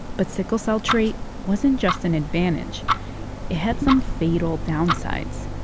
but sickle cell trait wasn't just an advantage. it had some fatal downsides.